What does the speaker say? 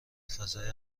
فضای